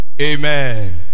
Amen